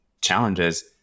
challenges